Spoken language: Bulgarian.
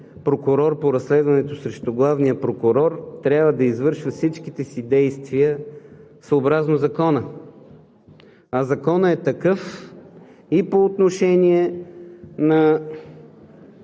прокурор по разследването срещу главния прокурор трябва да извършва всичките си действия съобразно Закона. А Законът е такъв и по отношение на